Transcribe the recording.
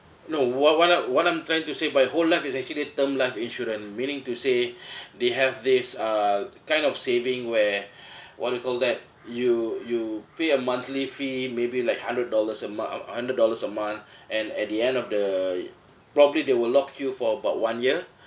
no what what I'm what I'm trying to say by whole life is actually term life insurance meaning to say they have this uh kind of saving where what do you call that you you pay a monthly fee maybe like hundred dollars a month uh hundred dollars a month and at the end of the probably they will lock you for about one year